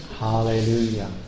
Hallelujah